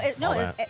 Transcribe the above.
no